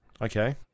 Okay